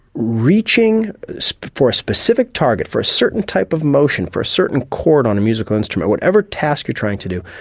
reaching so for a specific target, for a certain type of motion, or a certain chord on a musical instrument, whatever task you're trying to do,